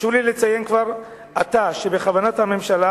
חשוב לי לציין כבר עתה שבכוונת הממשלה